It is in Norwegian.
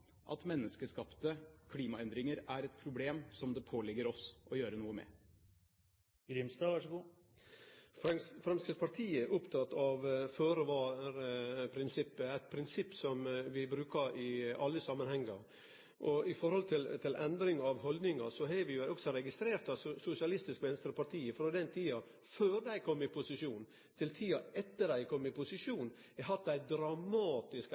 at menneskeskapte klimaendringer er et problem som det påligger oss å gjøre noe med? Framstegspartiet er oppteke av føre-var-prinsippet – eit prinsipp som vi bruker i alle samanhengar. Når det gjeld spørsmålet om endring i haldningar, har vi også registrert at Sosialistisk Venstreparti frå den tida før dei kom i posisjon, til tida etter at dei kom i posisjon, har hatt ei dramatisk